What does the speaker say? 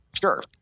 Sure